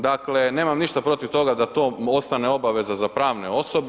Dakle, nemam ništa protiv toga da to ostane obaveza za pravne osobe.